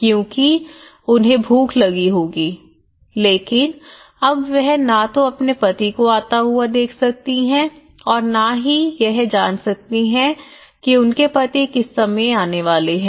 क्योंकि उन्हें भूख लगी होगी लेकिन अब वह ना तो अपने पति को आता हुआ देख सकती हैं और ना ही यह जान सकती हैं कि उनके पति किस समय आने वाले हैं